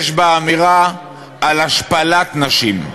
יש בה אמירה על השפלת נשים.